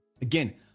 Again